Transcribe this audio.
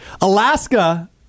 Alaska